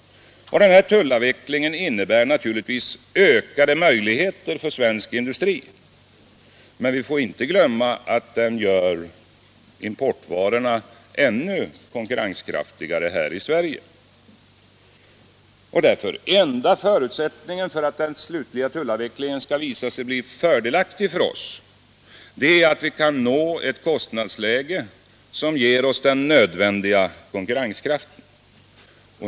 Tullavvecklingen innebär naturligtvis ökade möjligheter för svensk industri, men vi får inte glömma att den gör importvarorna ännu konkurrenskraftigare här i Sverige. Enda förutsättningen för att den slutliga tullavvecklingen skall visa sig bli fördelaktig för oss är därför att vi kan nå ett kostnadsläge som ger oss den nödvändiga konkurrenskraften.